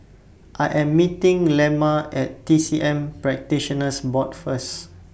I Am meeting Lemma At T C M Practitioners Board First